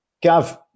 Gav